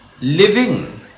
Living